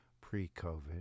pre-COVID